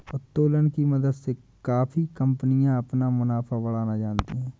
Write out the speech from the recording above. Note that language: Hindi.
उत्तोलन की मदद से काफी कंपनियां अपना मुनाफा बढ़ाना जानती हैं